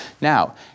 Now